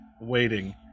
waiting